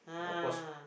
ah